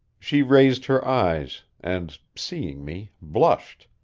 she raised her eyes, and, seeing me, blushed,